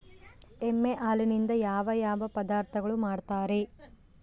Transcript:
ಎಮ್ಮೆ ಹಾಲಿನಿಂದ ಯಾವ ಯಾವ ಪದಾರ್ಥಗಳು ಮಾಡ್ತಾರೆ?